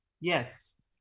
Yes